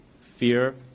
fear